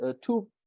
two